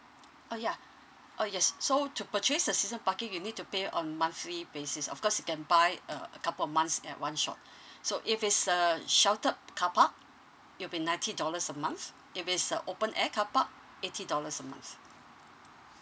uh ya oh yes so to purchase a season parking you need to pay a monthly basis of course you can buy a a couple of months at one shot so if it's a sheltered car park it'll be ninety dollars a month if it's a open air car park eighty dollars a month